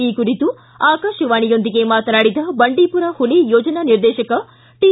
ಈ ಕುರಿತು ಆಕಾಶವಾಣಿಯೊಂದಿಗೆ ಮಾತನಾಡಿದ ಬಂಡೀಪುರ ಹುಲಿ ಯೋಜನಾ ನಿರ್ದೇಶಕ ಟಿ